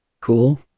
cool